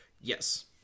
Yes